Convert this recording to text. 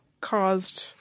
caused